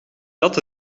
zat